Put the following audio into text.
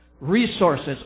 resources